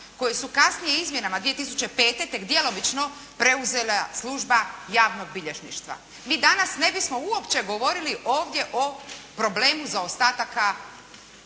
koji su kasnije izmjenama 2005. tek djelomično preuzela služba javnog bilježništva. Mi danas ne bismo uopće govorili ovdje o problemu zaostataka